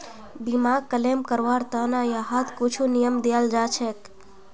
बीमाक क्लेम करवार त न यहात कुछु नियम दियाल जा छेक